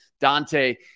Dante